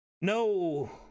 no